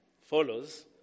follows